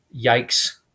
Yikes